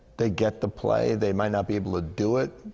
they get the play. they might not be able to do it.